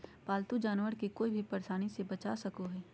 पालतू जानवर के कोय भी परेशानी से बचा सको हइ